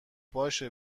باشه